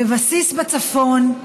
בבסיס בצפון,